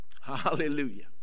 Hallelujah